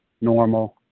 normal